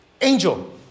angel